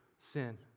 sin